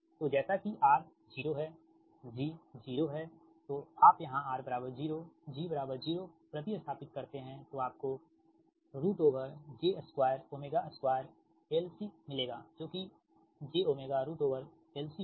तो जैसा कि r 0 है g 0 हैतो आप यहाँ r 0 g 0 प्रति स्थापित करते है तो आपको j2 2 LC मिलेगा जो कि jω LC होगा